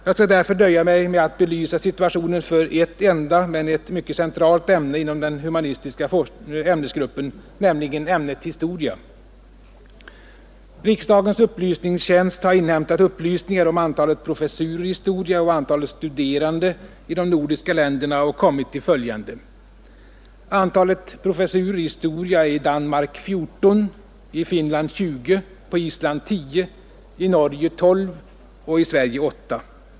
Jag skall därför nöja mig med att belysa situationen för ett enda men ett mycket centralt ämne inom den humanistiska ämnesgruppen, nämligen ämnet historia. Riksdagens upplysningstjänst har inhämtat upplysningar om antalet professurer i historia och antalet studerande i de nordiska länderna och kommit till följande. Antalet professurer i historia är i Danmark 14, i Finland 20, på Island 1, i Norge 12 samt i Sverige 8.